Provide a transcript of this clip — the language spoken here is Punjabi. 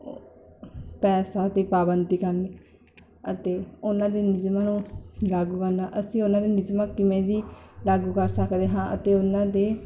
ਪੈਸਾ 'ਤੇ ਪਾਬੰਦੀ ਕਰਨੀ ਅਤੇ ਉਹਨਾਂ ਦੇ ਨਿਯਮਾਂ ਨੂੰ ਲਾਗੂ ਕਰਨਾ ਅਸੀਂ ਉਹਨਾਂ ਦੇ ਨਿਯਮਾਂ ਕਿਵੇਂ ਦੀ ਲਾਗੂ ਕਰ ਸਕਦੇ ਹਾਂ ਅਤੇ ਉਹਨਾਂ ਦੇ